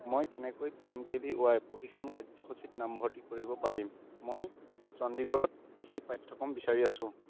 মই কেনেকৈ P M K V Y প্ৰশিক্ষণ কাৰ্যসূচীত নামভৰ্তি কৰিব পাৰিম মই চণ্ডীগড়ত কৃষি পাঠ্যক্ৰম বিচাৰি আছোঁ